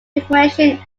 information